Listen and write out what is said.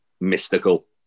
mystical